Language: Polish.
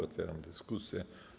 Otwieram dyskusję.